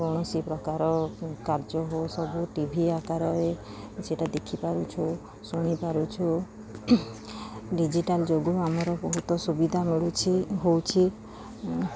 କୌଣସି ପ୍ରକାର କାର୍ଯ୍ୟ ହଉ ସବୁ ଟି ଭି ଆକାରରେ ସେଇଟା ଦେଖିପାରୁଛୁ ଶୁଣି ପାରୁଛୁ ଡିଜିଟାଲ୍ ଯୋଗୁଁ ଆମର ବହୁତ ସୁବିଧା ମିଳୁଛି ହଉଛି